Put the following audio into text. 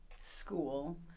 school